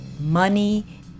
money